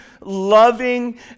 loving